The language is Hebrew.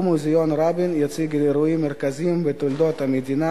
מוזיאון רבין יציג אירועים מרכזיים בתולדות המדינה